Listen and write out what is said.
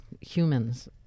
humans